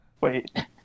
Wait